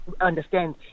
understand